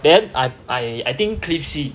then I I think cliff see